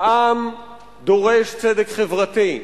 העם דורש צדק חברתי,